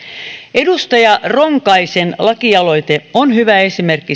edustaja ronkaisen lakialoite on hyvä esimerkki